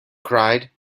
cried